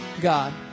God